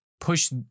push